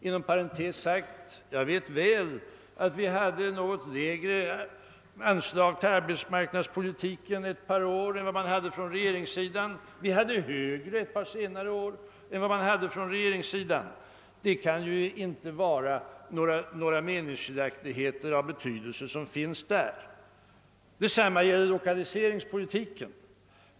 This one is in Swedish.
Jag vet mycket väl att vi under ett par år föreslog ett något lägre anslag till arbetsmarknadspolitiken än vad regeringen gjorde, medan vi under ett par senare år föreslog högre anslag än regeringen. Detta kan ju inte vara några meningsskiljaktigheter av betydelse. Detsamma gäller lokaliseringspolitiken.